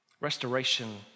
restoration